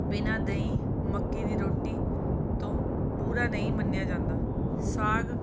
ਬਿਨਾ ਦਹੀਂ ਮੱਕੀ ਦੀ ਰੋਟੀ ਤੋਂ ਪੂਰਾ ਨਹੀਂ ਮੰਨਿਆ ਜਾਂਦਾ ਸਾਗ